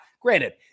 granted